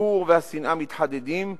הניכור והשנאה מתחדדים,